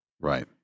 Right